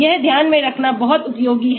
यह ध्यान में रखना बहुत उपयोगी है